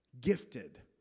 Gifted